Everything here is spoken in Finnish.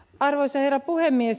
arvoisa herra puhemies